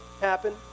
happen